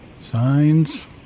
Signs